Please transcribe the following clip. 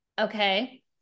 okay